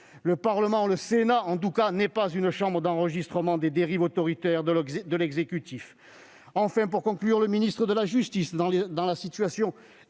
Le Parlement, le Sénat en tout cas, n'est pas une chambre d'enregistrement des dérives autoritaires de l'exécutif. Enfin, pour couronner le tout, le ministre de la justice, dans la situation